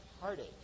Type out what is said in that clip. heartache